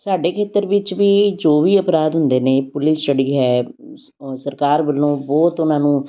ਸਾਡੇ ਖੇਤਰ ਵਿੱਚ ਵੀ ਜੋ ਵੀ ਅਪਰਾਧ ਹੁੰਦੇ ਨੇ ਪੁਲਿਸ ਜਿਹੜੀ ਹੈ ਉਹ ਸਰਕਾਰ ਵੱਲੋਂ ਬਹੁਤ ਉਹਨਾਂ ਨੂੰ